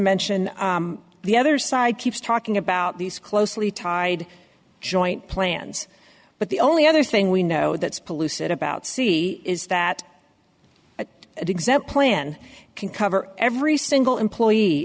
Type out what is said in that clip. mention the other side keeps talking about these closely tied joint plans but the only other thing we know that's polluted about sea is that exempt plan can cover every single employee